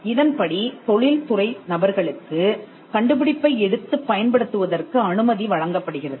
இதன்படி தொழில்துறை நபர்களுக்குக் கண்டுபிடிப்பை எடுத்துப் பயன்படுத்துவதற்கு அனுமதி வழங்கப்படுகிறது